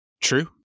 True